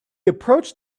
approached